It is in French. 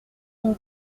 mille